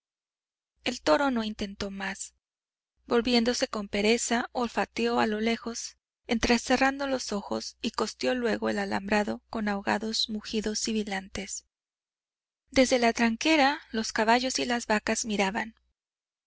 el toro no intentó más volviéndose con pereza olfateó a lo lejos entrecerrando los ojos y costeó luego el alambrado con ahogados mugidos sibilantes desde la tranquera los caballos y las vacas miraban